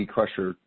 Crusher